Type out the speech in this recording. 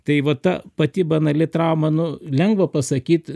tai vat ta pati banali trauma nu lengva pasakyt